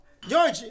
George